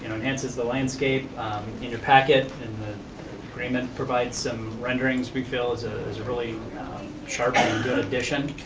and enhances the landscape, in your packet, and the agreement provides some renderings we feels is a really sharp and good addition,